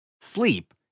sleep